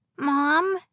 Mom